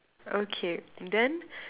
okay then